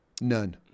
None